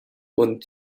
und